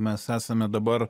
mes esame dabar